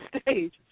stage